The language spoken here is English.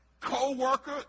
co-worker